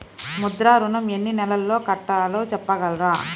ముద్ర ఋణం ఎన్ని నెలల్లో కట్టలో చెప్పగలరా?